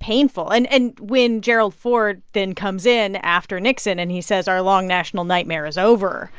painful. and and when gerald ford then comes in after nixon and he says, our long national nightmare is over,